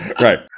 Right